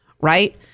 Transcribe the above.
right